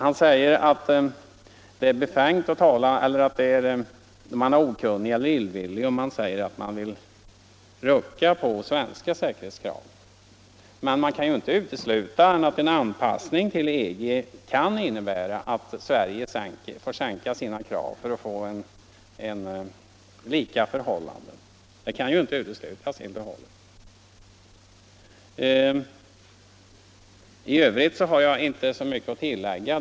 Vad säkerhetskraven beträffar kan man ju inte helt och hållet utesluta att en anpassning till EG kan innebära att Sverige måste sänka sina krav för att få likartade förhållanden. I övrigt har jag inte mycket att tillägga.